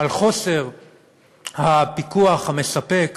כלשהו על חוסר הפיקוח המספק